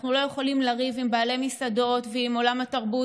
אנחנו לא יכולים לריב עם בעלי מסעדות ועם עולם התרבות,